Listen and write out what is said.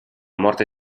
morte